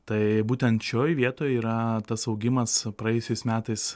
tai būtent šioj vietoj yra tas augimas praėjusiais metais